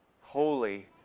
holy